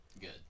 good